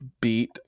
beat